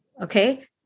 okay